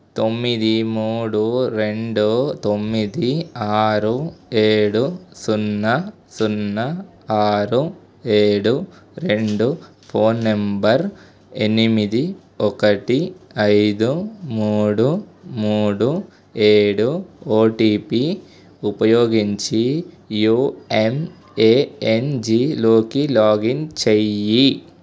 తొమ్మిది మూడు రెండు తొమ్మిది ఆరు ఏడు సున్న సున్న ఆరు ఏడు రెండు ఫోన్ నంబర్ ఎనిమిది ఒకటి ఐదు మూడు మూడు ఏడు ఓటిపి ఉపయోగించి యూఎంఏఎన్జి లోకి లాగిన్ చెయ్యి